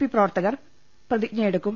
P പ്രവർത്തകർ പ്രതിജ്ഞയെടുക്കും